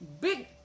big